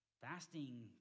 Fasting